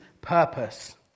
purpose